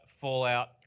Fallout